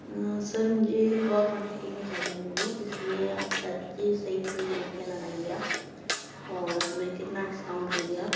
sir मुझे और quantity में चाहिए होगी इसलिए आप बता दीजिए सही सही रेट क्या लगाएँगे आप और उसमें कितना डिस्काउंट दोगे आप